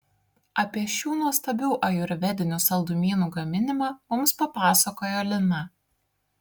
apie šių nuostabių ajurvedinių saldumynų gaminimą mums papasakojo lina